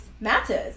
matters